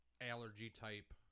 allergy-type